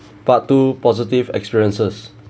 part two positive experiences